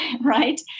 right